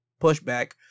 pushback